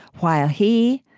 while he,